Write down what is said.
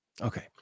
Okay